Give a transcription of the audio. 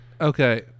Okay